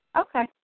okay